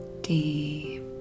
deep